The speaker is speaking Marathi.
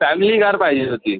फॅमिली कार पाहिजे होती